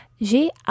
j'ai